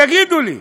תגידו לי.